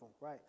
Right